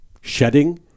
shedding